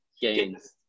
games